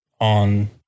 on